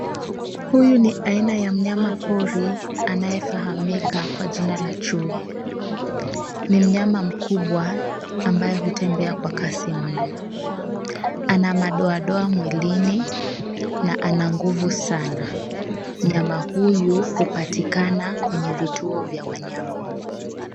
Huyu ni aina ya mnyama pori anayefahamika kwa jina la chui. Ni mnyama mkubwa ambaye hutembea kwa kasi mno. Ana madoadoa mwilini na ana nguvu sana. Mnyama huyu hupatikana kwenye vituo vya wanyama.